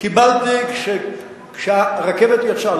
קיבלתי כשהרכבת יצאה.